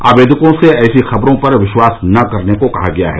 आवेदकों से ऐसी खबरों पर विश्वास न करने को कहा गया है